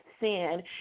sin